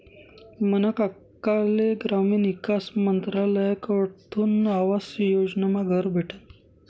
मना काकाले ग्रामीण ईकास मंत्रालयकडथून आवास योजनामा घर भेटनं